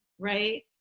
right?